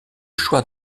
choix